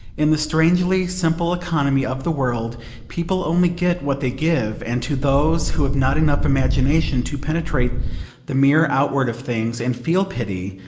in the strangely simple economy of the world people only get what they give, and to those who have not enough imagination to penetrate the mere outward of things, and feel pity,